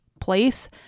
place